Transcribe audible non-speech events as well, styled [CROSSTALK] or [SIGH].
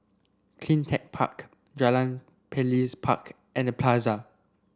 CleanTech Park Jalan [UNINTELLIGIBLE] and The Plaza